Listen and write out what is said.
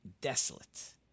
desolate